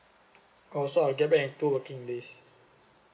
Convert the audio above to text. oh so I get back in two working days